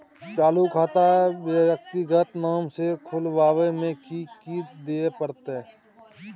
चालू खाता व्यक्तिगत नाम से खुलवाबै में कि की दिये परतै?